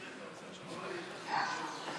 נתקבלה.